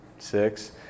six